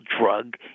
drug